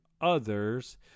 others